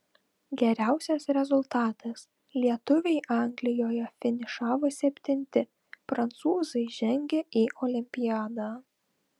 geriausias rezultatas lietuviai anglijoje finišavo septinti prancūzai žengė į olimpiadą